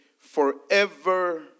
forever